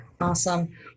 Awesome